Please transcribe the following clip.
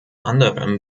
anderem